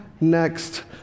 next